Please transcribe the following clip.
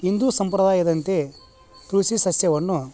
ಹಿಂದೂ ಸಂಪ್ರದಾಯದಂತೆ ತುಳಸಿ ಸಸ್ಯವನ್ನು